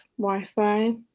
Wi-Fi